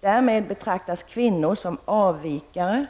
Därigenom betraktas kvinnor som avvikare